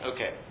Okay